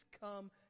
come